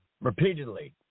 repeatedly